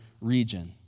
region